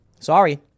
Sorry